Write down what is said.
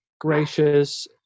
gracious